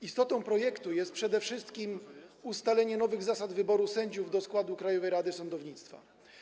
Istotą projektu jest przede wszystkim ustalenie nowych zasad wyboru sędziów do składu Krajowej Rady Sądownictwa.